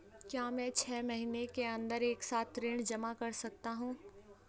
क्या मैं छः महीने के अन्दर एक साथ ऋण जमा कर सकता हूँ?